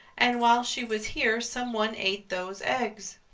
and while she was here some one ate those eggs.